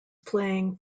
playing